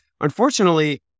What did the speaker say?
unfortunately